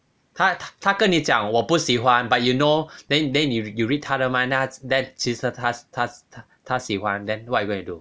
他他他跟你讲我不喜欢 but you know then then you you read 他的 mind then then 其实他他他喜欢 then what would you do